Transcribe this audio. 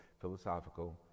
philosophical